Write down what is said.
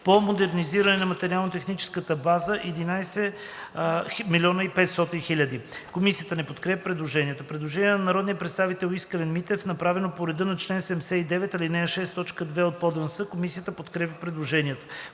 по модернизиране на материално-техническата база – 11 500,0 хил. лв.“ Комисията не подкрепя предложението. Предложение на народния представител Искрен Митев, направено по реда на чл. 79, ал. 6, т. 2 от ПОДНС. Комисията подкрепя предложението.